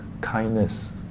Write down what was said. kindness